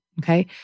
Okay